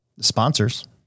Sponsors